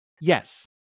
Yes